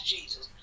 Jesus